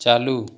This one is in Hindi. चालू